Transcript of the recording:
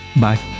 Bye